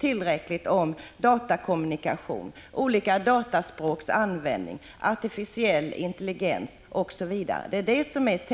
tillräckligt om datakommunikation, olika dataspråks användning, artificiell intelligens, osv.? Det är detta som är Prot.